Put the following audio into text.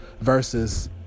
versus